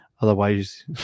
otherwise